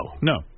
No